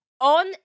On